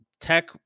Tech